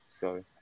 sorry